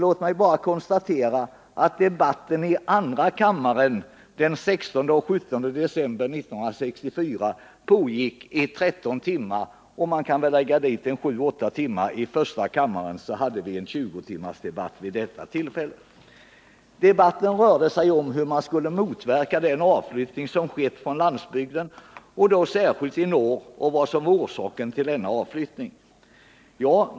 Låt mig bara konstatera att debatten i andra kammaren den 16 och 17 december 1964 pågick i 13 timmar. Man kan lägga till 7-8 timmars debatt i första kammaren och kan då konstatera att vi hade ca 20 timmars debatt vid det tillfället. Debatten rörde sig om hur man skulle motverka den avflyttning som hade skett från landsbygden — särskilt i norr — och vad som var orsaken till den.